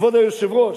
כבוד היושב-ראש,